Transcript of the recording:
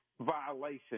violation